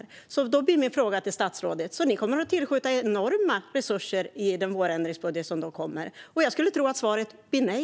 Min fråga blir till statsrådet: Ni kommer alltså att skjuta till enorma resurser i den vårändringsbudget som kommer? Jag skulle tro att svaret blir nej.